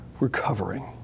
recovering